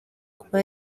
kuba